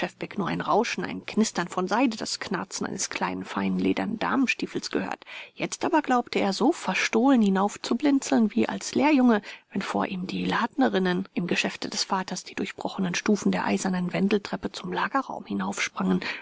nur ein rauschen ein knistern von seide das knarzen eines kleinen feinen ledernen damenstiefels gehört jetzt aber glaubte er so verstohlen hinaufzublinzeln wie als lehrjunge wenn vor ihm die ladnerinnen im geschäfte des vaters die durchbrochenen stufen der eisernen wendeltreppe zum lagerraum